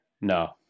No